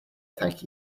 thank